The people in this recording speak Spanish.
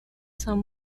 son